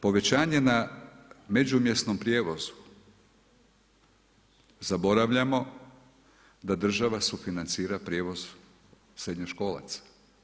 Povećanje na međumjesnom prijevozu zaboravljamo da država sufinancira prijevoz srednjoškolaca.